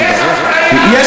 יש אפליה,